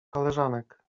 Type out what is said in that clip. koleżanek